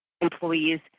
employee's